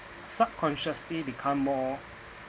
subconsciously become more